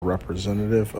representative